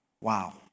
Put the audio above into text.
Wow